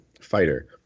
fighter